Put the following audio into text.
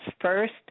first